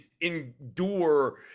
endure